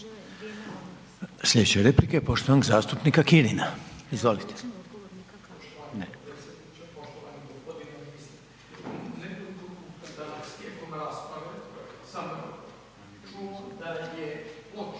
Sljedeća replika je poštovanog zastupnika Panenića. Izvolite.